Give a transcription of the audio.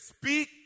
speak